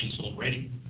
already